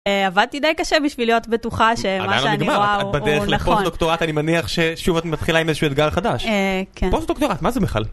עבדתי די קשה בשביל להיות בטוחה שמה שאני רואה הוא נכון. בדרך לפוסט-דוקטורט אני מניח ששוב את מתחילה עם איזשהו אתגר חדש. כן. פוסט-דוקטורט? מה זה, מיכל?